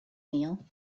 meal